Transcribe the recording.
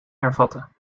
hervatten